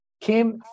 Kim